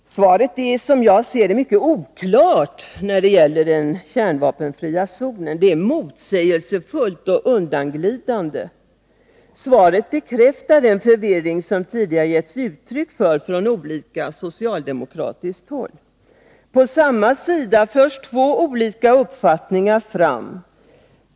Svaret är, som jag ser det, mycket oklart när det gäller den kärnvapenfria zonen. Det är motsägelsefullt och undanglidande. Svaret bekräftar den förvirring som det tidigare vid olika tillfällen givits uttryck för från socialdemokratiskt håll. På samma sida förs två olika uppfattningar fram.